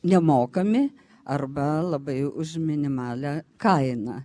nemokami arba labai už minimalią kainą